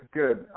good